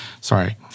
Sorry